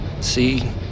See